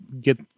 get